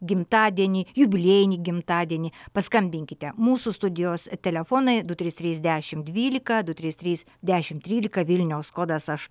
gimtadienį jubiliejinį gimtadienį paskambinkite mūsų studijos telefonai du trys trys dešim dvylika du trys trys dešim trylika vilniaus kodas aš